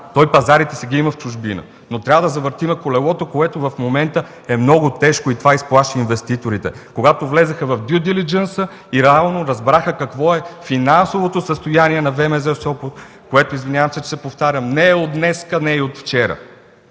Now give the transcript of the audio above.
Той има пазари в чужбина. Трябва да завъртим колелото, което в момента е много тежко. Това изплаши инвеститорите. Когато влязоха в „Блю дилиджънс” и реално разбраха какво е финансовото състояние на ВМЗ – Сопот, което, извинявам се, че се повтарям – не е от днес и от вчера.